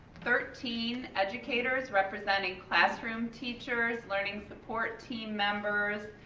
thirteen educators representing classroom teachers, learning support team members,